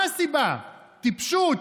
מה הסיבה, טיפשות?